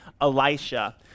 Elisha